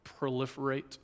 proliferate